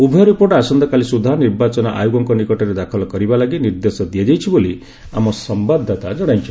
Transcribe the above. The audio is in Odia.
ଉଭୟ ରିପୋର୍ଟ ଆସନ୍ତାକାଲି ସୁଦ୍ଧା ନିର୍ବାଚନ ଆୟୋଗଙ୍କ ନିକଟରେ ଦାଖଲ କରିବା ଲାଗି ନିର୍ଦ୍ଦେଶଦିଆଯାଇଛି ବୋଲି ଆମ ସମ୍ବାଦଦାତା ଜଣାଇଛନ୍ତି